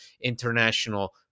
international